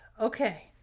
Okay